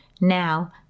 Now